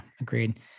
agreed